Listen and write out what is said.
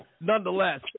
Nonetheless